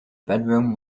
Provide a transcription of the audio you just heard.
bedroom